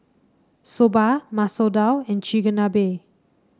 Soba Masoor Dal and Chigenabe